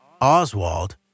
Oswald